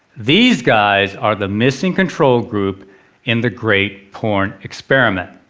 these guys are the missing control group in the great porn experiment.